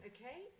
Okay